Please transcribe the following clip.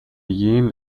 گین